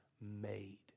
made